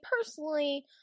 Personally